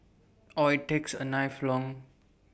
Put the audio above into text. or takes A knife along